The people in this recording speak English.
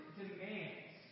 demands